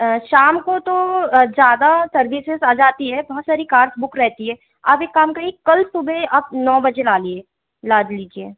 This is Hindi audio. शाम को तो ज्यादा सर्विसेस आ जाती है बहुत सारी कार्स बुक रहती हैं आप एक काम करिए कल सुबह आप नौ बजे ला लिए ला लीजिए